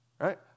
right